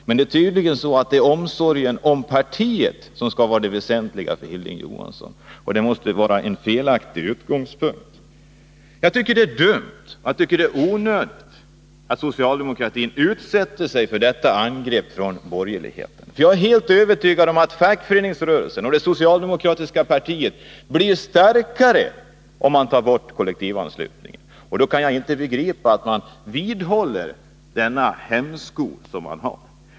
Men för Hilding Johansson är det tydligen omsorgen om partiet som skall vara det väsentliga, och det måste vara en felaktig utgångspunkt. Jag tycker att det är dumt och onödigt att socialdemokratin utsätter sig för detta angrepp från borgerligheten, för jag är alldeles övertygad om att fackföreningsrörelsen och det socialdemokratiska partiet blir starkare om man tar bort kollektivanslutningen. Då kan jag inte begripa att man vidhåller denna hämsko.